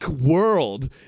world